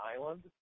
Island